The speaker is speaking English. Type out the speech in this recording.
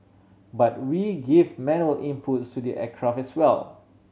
but we give manual inputs to the aircraft as well